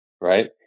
right